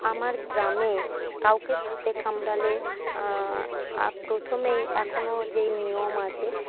আমার গ্রামে কাউকে সাপে কামড়ালে প্রথমেই এখনও যেই নিয়ম আছে